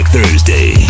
Thursday